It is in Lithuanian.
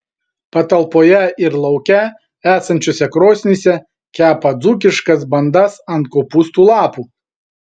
patalpoje ir lauke esančiose krosnyse kepa dzūkiškas bandas ant kopūstų lapų